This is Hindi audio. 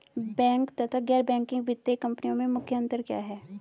बैंक तथा गैर बैंकिंग वित्तीय कंपनियों में मुख्य अंतर क्या है?